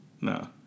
no